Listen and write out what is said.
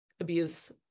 abuse